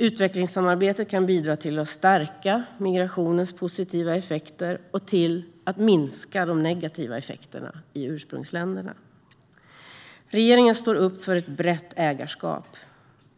Utvecklingssamarbetet kan bidra till att stärka migrationens positiva effekter och till att minska de negativa effekterna i ursprungsländerna. Regeringen står upp för ett brett ägarskap.